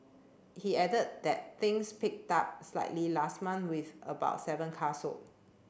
he added that things picked up slightly last month with about seven car sold